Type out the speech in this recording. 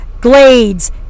Glades